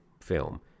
film